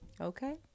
Okay